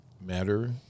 matter